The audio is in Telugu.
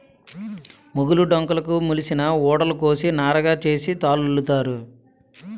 మొగులు డొంకలుకు మొలిసిన ఊడలు కోసి నారగా సేసి తాళల్లుతారు